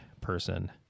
person